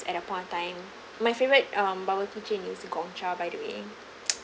at that point of time my favorite um bubble tea chain is Gong Cha by the way